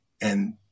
And-